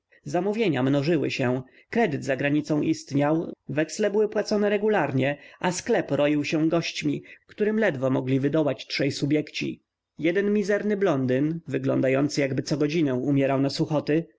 zamówienia mnożyły się kredyt za granicą istniał weksle były płacone regularnie a sklep roił się gośćmi którym ledwo mogli wydołać trzej subjekci jeden mizerny blondyn wyglądający jakby cogodzinę umierał